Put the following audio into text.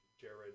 Jared